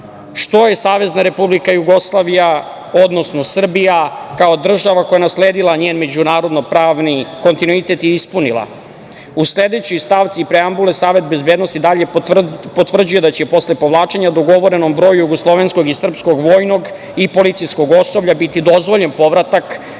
što je SRJ, odnosno Srbija kao država koja je nasledila njen međunarodno-pravni kontinuitet i ispunila.U sledećoj stavci preambule Savet bezbednosti dalje potvrđuje da će posle povlačenja dogovorenom broju jugoslovenskog i srpskog vojnog i policijskog osoblja biti dozvoljen povratak